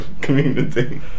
community